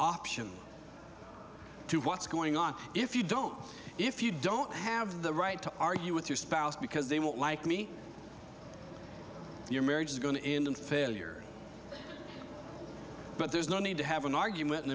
option to what's going on if you don't if you don't have the right to argue with your spouse because they won't like me your marriage is going in failure but there's no need to have an argument